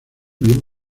bien